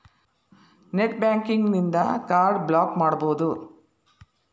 net banking ಇನ್ದಾ card block ಮಾಡ್ಸ್ಬೊದು